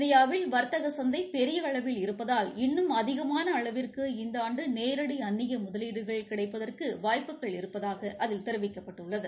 இந்தியாவில் வா்த்தக சந்தை பெரிய அளவில் இருப்பதால் இன்னும் அதிகமான அளவிற்கு இந்த ஆண்டு நேரடி அந்நிய முதலீடுகள் கிடைப்பதற்கு வாய்ப்புகள் இருப்பதாக அதில் தெரிவிக்கப்பட்டுள்ளது